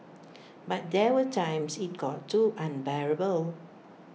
but there were times IT got too unbearable